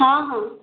ହଁ ହଁ